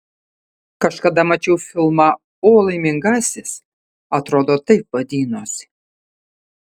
kažkada mačiau filmą o laimingasis atrodo taip vadinosi